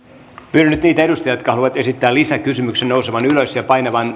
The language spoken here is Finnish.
pyydän nyt niitä edustajia jotka haluavat esittää lisäkysymyksen nousemaan ylös ja painamaan